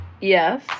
Yes